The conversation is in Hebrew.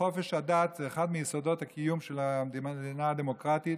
חופש הדת זה אחד מיסודות הקיום של מדינה דמוקרטית,